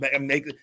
make